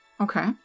okay